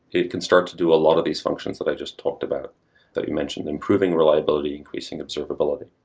it can start to do a lot of these functions that i just talked about that you mentioned improving reliability, increasing observability.